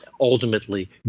Ultimately